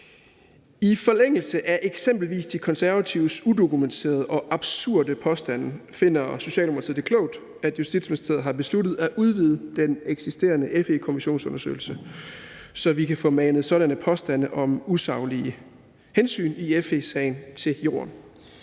I forlængelse af eksempelvis De Konservatives udokumenterede og absurde påstande finder Socialdemokratiet det klogt, at Justitsministeriet har besluttet at udvide den eksisterende FE-kommissionsundersøgelse, så vi kan få manet sådanne påstande om usaglige hensyn i FE-sagen i jorden.